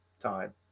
time